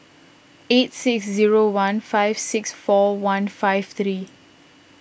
eight six zero one five six four one five three